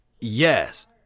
Yes